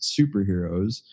superheroes